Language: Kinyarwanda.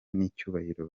n’icyubahiro